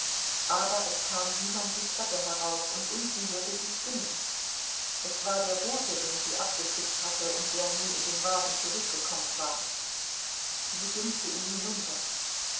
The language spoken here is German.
aber es kam niemand die treppe herauf und unten hörte sie stimmen es war der bote den sie abgeschickt hatte und der nun in dem wagen zurückgekommen war sie ging zu ihm hinunter